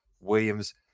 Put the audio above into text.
Williams